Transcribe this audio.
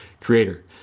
creator